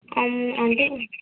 అంటే